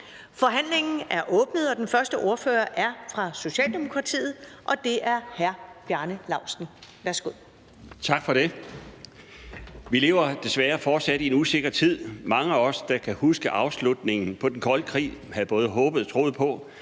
Forhandlingen er åbnet. Den første ordfører er fra Socialdemokratiet, og det er hr. Bjarne Laustsen. Værsgo. Kl. 13:28 (Ordfører) Bjarne Laustsen (S): Tak for det. Vi lever desværre fortsat i en usikker tid. Mange af os, der kan huske afslutningen på den kolde krig, havde både håbet og troet på,